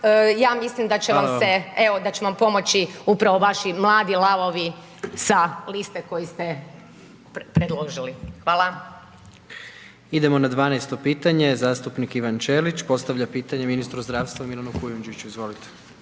evo, da će vam pomoći upravo vaši mladi lavovi sa liste koju ste predložili. Hvala. **Jandroković, Gordan (HDZ)** Idemo na 12. pitanje zastupnik Ivan Ćelič, postavlja pitanje ministru zdravstva Milanu Kujundžiću, izvolite.